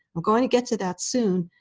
we're going to get to that soon,